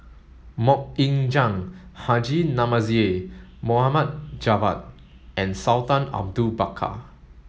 Mok Ying Jang Haji Namazie Mohd Javad and Sultan Abu Bakar